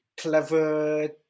clever